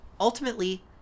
ultimately